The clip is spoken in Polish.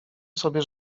sobie